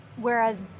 whereas